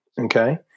Okay